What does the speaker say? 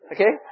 Okay